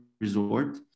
resort